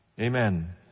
Amen